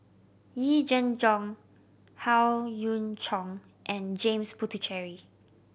Yee Jenn Jong Howe Yoon Chong and James Puthucheary